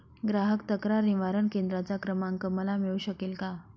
ग्राहक तक्रार निवारण केंद्राचा क्रमांक मला मिळू शकेल का?